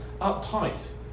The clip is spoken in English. uptight